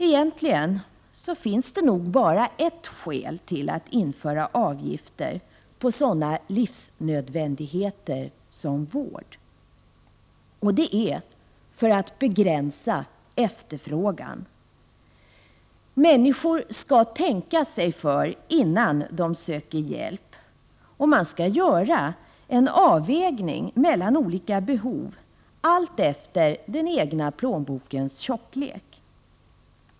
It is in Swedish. Egentligen finns det nog bara ett skäl att införa avgifter på sådana livsnödvändigheter som vård, och det är för att begränsa efterfrågan. Människor skall tänka sig för innan de söker hjälp och göra en avvägning mellan olika behov, allt efter den egna plånbokens tjocklek.